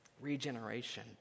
Regeneration